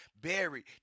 buried